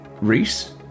Reese